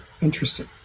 interesting